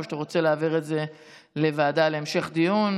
שאתה רוצה להעביר את זה לוועדה להמשך דיון.